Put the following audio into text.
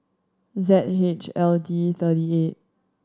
Z H L D thirty eight